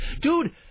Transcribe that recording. dude